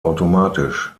automatisch